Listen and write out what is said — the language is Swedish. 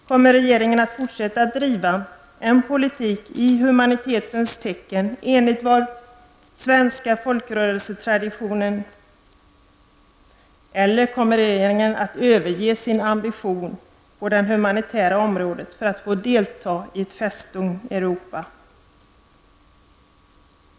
Kommer regeringen att fortsätta att driva en politik i humanitetens tecken enligt vår svenska folkrörelsetradition, eller kommer regeringen att överge sin ambition på det humanitära området för att få delta i ''Festung Europa''?